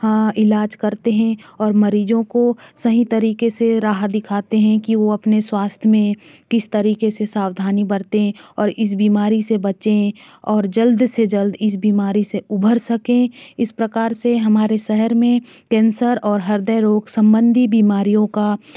इलाज करते है और मरीजों को सही तरीके से राह दिखते है की वो अपने स्वास्थ में किस तरीके से सावधानी बरते और इस बीमारी से बचे और जल्द से जल्द इस बीमारी से उभर सके इस प्रकार से हमारे शहर में केन्सर और ह्रदय रोग संबंधी बीमारी का